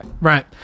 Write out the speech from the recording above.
Right